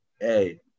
hey